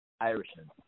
Irishman